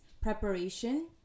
preparation